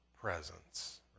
presence